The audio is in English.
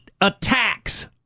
attacks